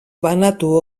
banatu